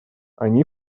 они